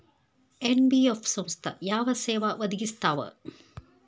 NBF ಸಂಸ್ಥಾ ಯಾವ ಸೇವಾ ಒದಗಿಸ್ತಾವ?